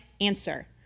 answer